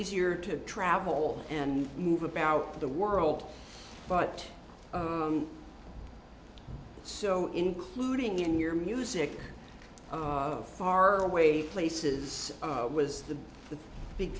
easier to travel and move about the world but so including in your music oh far away places was the big